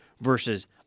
versus